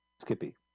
skippy